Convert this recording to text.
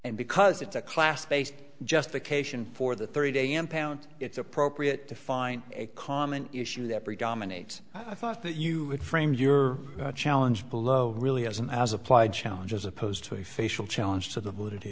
and because it's a class based justification for the three day impound it's appropriate to find a common issue that predominates i thought that you had framed your challenge below really as an as applied challenge as opposed to a facial challenge to the validity